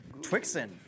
Twixen